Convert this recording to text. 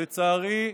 לצערי,